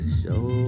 show